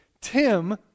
Tim